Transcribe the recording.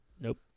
Nope